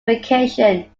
vacation